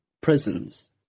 prisons